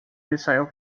missile